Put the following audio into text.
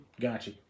Gotcha